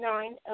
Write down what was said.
Nine